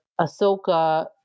Ahsoka